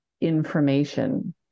information